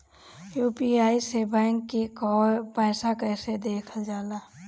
UPI से bank के पैसा कैसे देखल जाला?